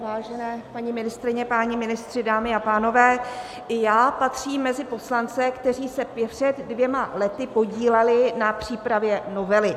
Vážené paní ministryně, páni ministři, dámy a pánové, i já patřím mezi poslance, kteří se před dvěma lety podíleli na přípravě novely.